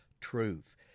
truth